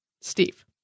Steve